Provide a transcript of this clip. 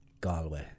Galway